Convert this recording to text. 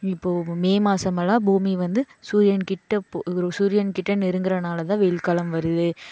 இப்போ மே மாதமெல்லாம் பூமி வந்து சூரியன் கிட்ட சூரியன் கிட்ட நெருங்கிறனால தான் வெயில் காலம் வருது